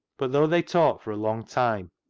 but though they talked for a long time,